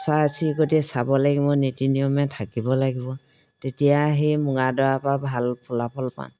চৰাই চিৰিকটি চাব লাগিব নীতি নিয়মে থাকিব লাগিব তেতিয়া সেই মুগা ভাল ফলাফল পাম